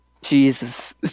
Jesus